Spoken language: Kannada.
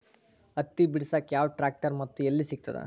ಹತ್ತಿ ಬಿಡಸಕ್ ಯಾವ ಟ್ರ್ಯಾಕ್ಟರ್ ಮತ್ತು ಎಲ್ಲಿ ಸಿಗತದ?